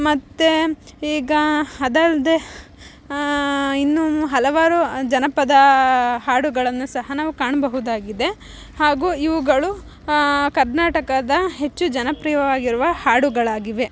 ಮತ್ತೆ ಈಗ ಅದಲ್ದೆ ಇನ್ನು ಹಲವಾರು ಜನಪದ ಹಾಡುಗಳನ್ನು ಸಹ ನಾವು ಕಾಣಬಹುದಾಗಿದೆ ಹಾಗೂ ಇವುಗಳು ಕರ್ನಾಟಕದ ಹೆಚ್ಚು ಜನಪ್ರಿಯವಾಗಿರುವ ಹಾಡುಗಳಾಗಿವೆ